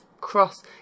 cross